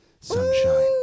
Sunshine